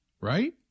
Right